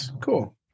Cool